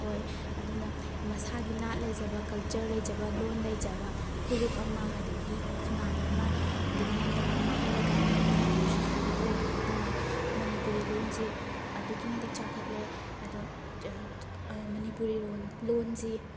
ꯑꯣꯏ ꯑꯗꯨꯅ ꯃꯁꯥꯒꯤ ꯅꯥꯠ ꯂꯩꯖꯕ ꯀꯜꯆꯔ ꯂꯩꯖꯕ ꯂꯣꯟ ꯂꯩꯖꯕ ꯐꯨꯔꯨꯞ ꯑꯃ ꯑꯗꯒꯤ ꯈꯨꯟꯅꯥꯏ ꯑꯃ ꯑꯗꯒꯤ ꯂꯝꯗꯝ ꯑꯃ ꯍꯥꯏꯔ ꯀꯥꯟꯗ ꯃꯅꯤꯄꯨꯔꯁꯤꯁꯨ ꯑꯃ ꯑꯣꯏ ꯑꯗꯨꯅ ꯃꯅꯤꯄꯨꯔꯤ ꯂꯣꯟꯁꯤ ꯑꯗꯨꯛꯀꯤ ꯃꯇꯤꯛ ꯆꯥꯎꯈꯠꯂꯦ ꯑꯗꯨ ꯃꯅꯤꯄꯨꯔꯤ ꯂꯣꯟꯁꯤ